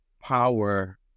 power